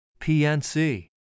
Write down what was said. PNC